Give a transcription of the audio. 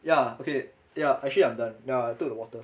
ya okay ya actually I'm done nah I took the water